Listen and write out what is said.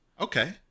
Okay